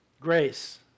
Grace